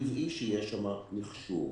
טבעי שיהיה שם מכשור.